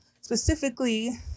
specifically